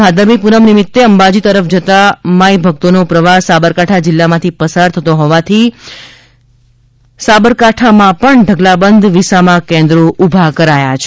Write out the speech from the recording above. ભાદરવી પૂનમ નિમિત્તે અંબાજી તરફ જતો માઇભકતોનો પ્રવાહ સાબરકાંઠા જિલ્લામાંથી પસાર થતો હોવાથી અહીં ઢગલાબંધ વિસામા કેન્દ્રો ઉભા કરાયા છે